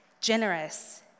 generous